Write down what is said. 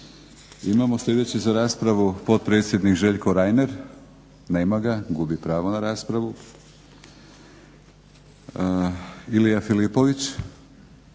Imamo sljedeći za raspravu potpredsjednik Željko Reiner. Nema ga, gubi pravo na raspravu. Ilija Filipović,